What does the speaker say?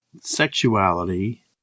sexuality